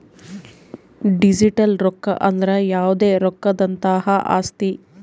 digital ರೊಕ್ಕ ಅಂದ್ರ ಯಾವ್ದೇ ರೊಕ್ಕದಂತಹ ಆಸ್ತಿ